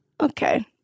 Okay